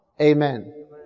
Amen